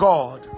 God